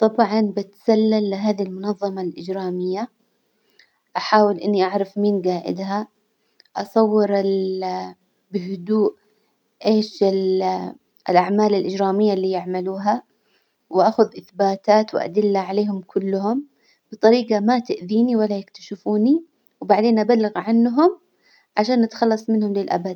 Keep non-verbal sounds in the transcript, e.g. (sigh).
طبعا بتسلل لهذي المنظمة الإجرامية، أحاول إني أعرف مين جائدها، أصور ال (hesitation) بهدوء إيش ال (hesitation) الأعمال الإجرامية اللي يعملوها، وأخذ إثباتات وأدلة عليهم كلهم بطريجة ما تأذيني ولا يكتشفوني، وبعدين أبلغ عنهم عشان نتخلص منهم للأبد.